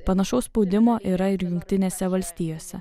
panašaus spaudimo yra ir jungtinėse valstijose